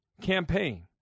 campaign